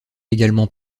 également